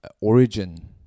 origin